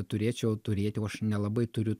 turėčiau turėti o aš nelabai turiu